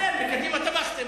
אתם מקדימה תמכתם,